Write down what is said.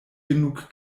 genug